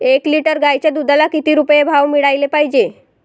एक लिटर गाईच्या दुधाला किती रुपये भाव मिळायले पाहिजे?